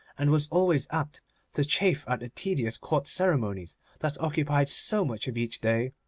and was always apt to chafe at the tedious court ceremonies that occupied so much of each day,